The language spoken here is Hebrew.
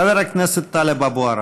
חבר הכנסת טלב אבו עראר.